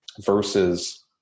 versus